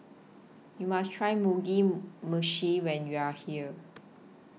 YOU must Try Mugi Meshi when YOU Are here